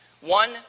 One